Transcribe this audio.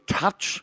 touch